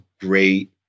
great